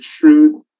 truth